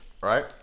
Right